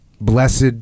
blessed